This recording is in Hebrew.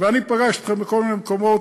ואני פגשתי אתכם בכל מיני מקומות,